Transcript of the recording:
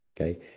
Okay